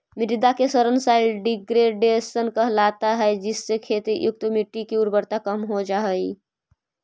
मृदा का क्षरण सॉइल डिग्रेडेशन कहलाता है जिससे खेती युक्त मिट्टी की उर्वरता कम हो जा हई